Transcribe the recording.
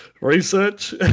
research